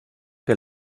que